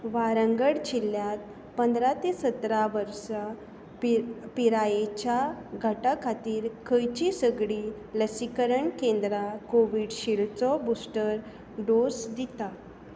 वारंगळ जिल्ल्यांत पंदरा ते सतरा वर्सां पिरायेच्या गटा खातीर खंयचीं सगळीं लसीकरण केंद्रां कोविशिल्डचो बुस्टर डोस दितात